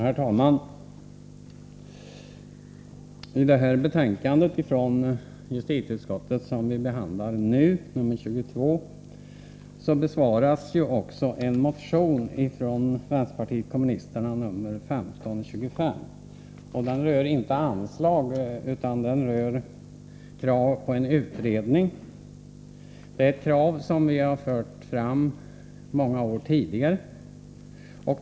Herr talman! I betänkande nr 22 från justitieutskottet, som vi behandlar nu, berörs också motion nr 1525 från vänsterpartiet kommunisterna. Den rör inte anslag utan krav på en utredning. Det kravet har vi fört fram under många år.